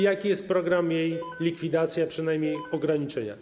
Jaki jest program jej likwidacji, a przynajmniej ograniczenia?